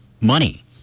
money